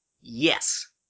Yes